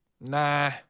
Nah